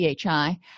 PHI